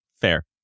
Fair